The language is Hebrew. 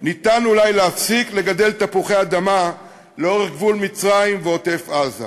ניתן אולי להפסיק לגדל תפוחי-אדמה לאורך גבול מצרים ועוטף-עזה,